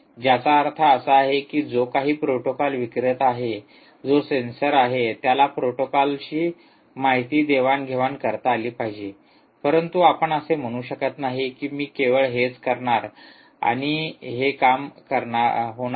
ज्याचा अर्थ असा आहे की जो काही प्रोटोकोल विक्रेता आहे जो सेन्सर आहे त्याला प्रोटोकॉलशी माहिती देवाण घेवाण करता आली पाहिजे परंतु आपण असे म्हणू शकत नाही की मी केवळ हेच करणार आहे आणि हे काम होणार नाही